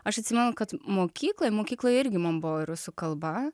aš atsimenu kad mokykloj mokykloj irgi mum buvo rusų kalba